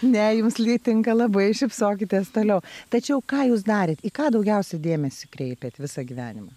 ne jums tinka labai šypsokitės toliau tačiau ką jūs darėt į ką daugiausiai dėmesį kreipėt visą gyvenimą